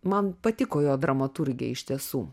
man patiko jo dramaturgija iš tiesų